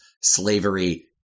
Slavery